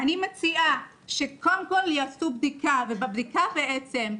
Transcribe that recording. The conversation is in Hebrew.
אני מציעה, שקודם כל יעשו בדיקה ובבדיקה בעצם,